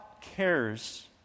cares